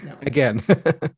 again